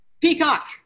Peacock